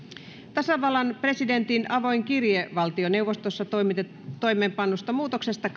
tasavallan presidentin avoin kirje valtioneuvostossa toimeenpannusta muutoksesta